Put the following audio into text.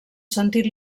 sentit